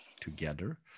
together